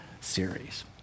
series